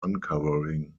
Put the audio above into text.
uncovering